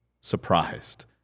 surprised